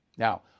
Now